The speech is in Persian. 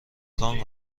کام